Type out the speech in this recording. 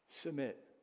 Submit